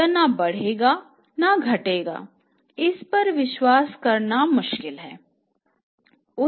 यह ना बढ़ेगा या घटेगा इस पर विश्वास करना मुश्किल है